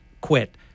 quit